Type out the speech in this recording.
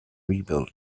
rebuilt